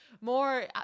more